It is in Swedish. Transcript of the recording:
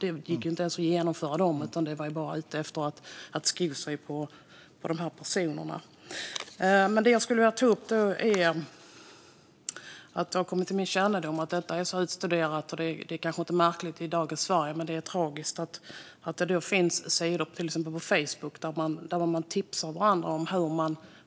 Det gick ju inte ens att genomföra uppdragen, utan de var bara ute efter att sko sig på dessa personer. Det har kommit till min kännedom att brottsligheten kan vara utstuderad. Det är kanske inte märkligt i dagens Sverige, men det är tragiskt att det till exempel finns sidor på Facebook där man tipsar varandra om